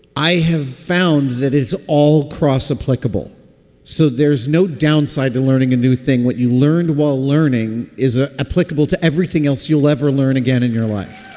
i have found that is all cross applicable so there's no downside to learning a new thing. what you learned while learning is ah applicable to everything else you'll ever learn again in your life